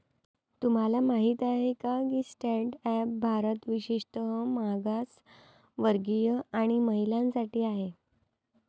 तुम्हाला माहित आहे का की स्टँड अप भारत विशेषतः मागासवर्गीय आणि महिलांसाठी आहे